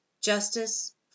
Justice